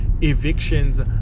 evictions